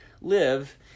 live